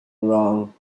wrong